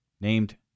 named